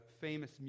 famous